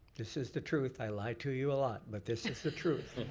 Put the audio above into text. this is the truth, i lie to you a lot but this is the truth.